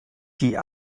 die